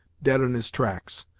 dead in his tracks.